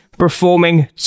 performing